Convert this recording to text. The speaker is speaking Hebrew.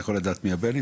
אתה יכול לדעת מי הבעלים,